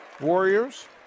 Warriors